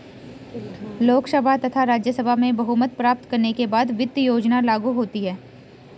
लोकसभा तथा राज्यसभा में बहुमत प्राप्त करने के बाद वित्त योजना लागू होती है